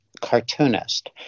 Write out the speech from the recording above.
cartoonist